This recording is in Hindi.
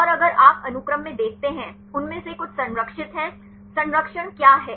और अगर आप अनुक्रम में देखते हैं उनमें से कुछ संरक्षित हैं संरक्षण क्या है